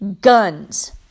guns